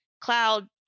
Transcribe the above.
Cloud